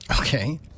Okay